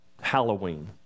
Halloween